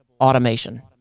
automation